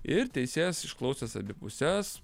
ir teisėjas išklausęs abi puses